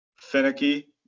finicky